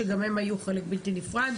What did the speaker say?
שגם הם היו חלק בלתי נפרד.